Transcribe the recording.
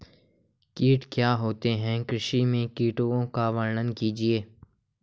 कीट क्या होता है कृषि में कीटों का वर्णन कीजिए?